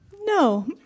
No